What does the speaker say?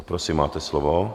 Prosím, máte slovo.